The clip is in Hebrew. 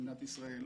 במדינת ישראל,